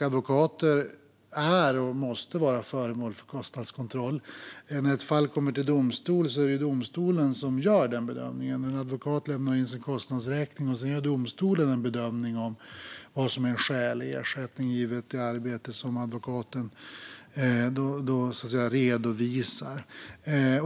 Advokater är och måste vara föremål för kostnadskontroll. När ett fall kommer till domstol är det domstolen som gör den bedömningen - en advokat lämnar in sin kostnadsräkning, och sedan gör domstolen en bedömning av vad som är skälig ersättning givet det arbete advokaten redovisar.